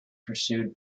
pursued